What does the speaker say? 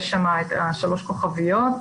יש שם שלוש כוכביות.